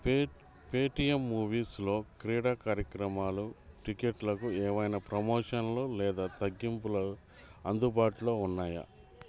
Paytm మూవీస్లో క్రీడా కార్యక్రమాలు టిక్కెట్లకు ఏవైనా ప్రమోషన్లు లేదా తగ్గింపులు అందుబాటులో ఉన్నాయా